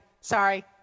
Sorry